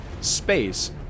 space